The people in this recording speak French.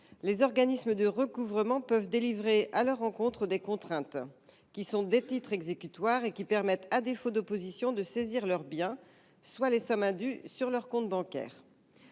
les organismes de recouvrement peuvent délivrer à leur encontre des contraintes, qui sont des titres exécutoires, et qui permettent, à défaut d’opposition, de saisir leurs biens, soit les sommes indûment versées sur leur compte bancaire.